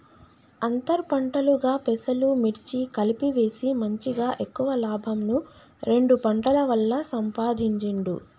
అంతర్ పంటలుగా పెసలు, మిర్చి కలిపి వేసి మంచిగ ఎక్కువ లాభంను రెండు పంటల వల్ల సంపాధించిండు